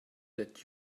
that